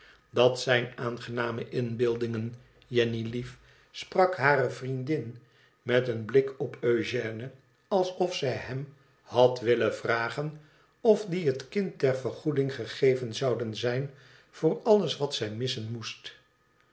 dat zijn aangename inbeeldingen jenny lief sprak hare vriendin met een blik op eugène alsof zij hem had willen vragen of die het kind ter vergoeding gegeven zouden zijn voor alles wat zij missen moest